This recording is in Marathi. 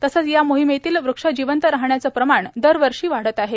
तसंच या मोहिमेतील वृक्ष जिवंत राहण्याचं प्रमाण दरवर्षी वाढत आहे